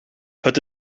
het